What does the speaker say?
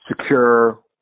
secure